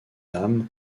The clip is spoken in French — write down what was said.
âmes